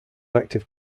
active